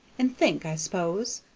and think, i s'pose.